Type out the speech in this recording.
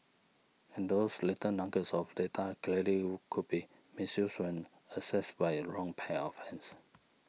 and those little nuggets of data clearly could be misused when accessed by a wrong pair of hands